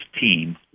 team